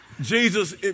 Jesus